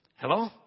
Hello